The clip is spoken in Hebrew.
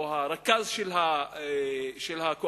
או הרכז של הקואליציה,